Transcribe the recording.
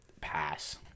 pass